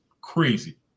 crazy